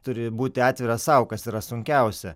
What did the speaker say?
turi būti atviras sau kas yra sunkiausia